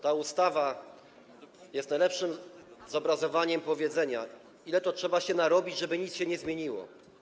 Ta ustawa jest najlepszym zobrazowaniem powiedzenia: ile to trzeba się narobić, żeby nic się nie zmieniło.